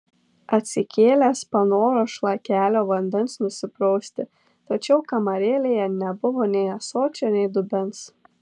atsikėlęs panoro šlakelio vandens nusiprausti tačiau kamarėlėje nebuvo nei ąsočio nei dubens